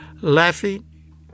laughing